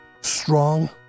strong